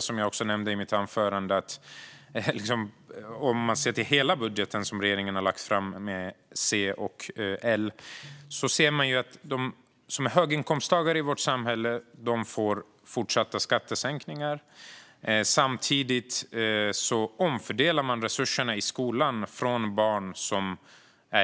Som jag nämnde i mitt anförande ser man i den budget som regeringen har lagt fram med C och L att de som är höginkomsttagare i vårt samhälle får fortsatta skattesänkningar. Samtidigt omfördelar man resurserna i skolan från barn